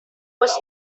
was